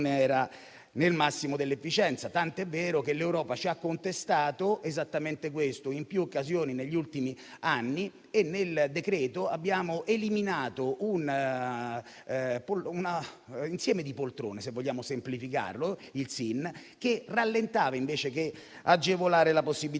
era nel massimo dell'efficienza, tant'è vero che l'Europa ce lo ha contestato, in più occasioni, negli ultimi anni. Ebbene, nel decreto abbiamo eliminato un insieme di poltrone - se così vogliamo semplificare - la società SIN, che rallentava, invece che agevolare, la possibilità